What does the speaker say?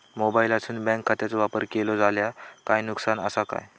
मोबाईलातसून बँक खात्याचो वापर केलो जाल्या काय नुकसान असा काय?